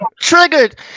Triggered